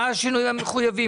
מה השינויים המחויבים.